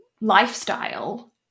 lifestyle